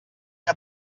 que